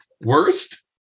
Worst